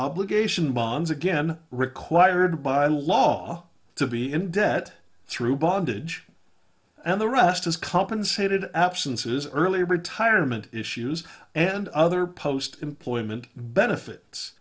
obligation bonds again required by law to be in debt through bondage and the rest is compensated absences early retirement issues and other post employment benefits